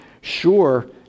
sure